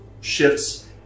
shifts